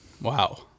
Wow